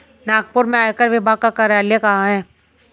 नागपुर में आयकर विभाग का कार्यालय कहाँ है?